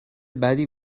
بدی